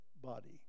body